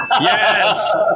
Yes